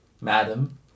madam